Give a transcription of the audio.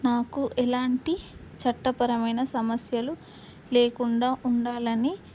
నాకు ఎలాంటి చట్టపరమైన సమస్యలు లేకుండా ఉండాలని